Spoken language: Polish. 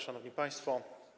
Szanowni Państwo!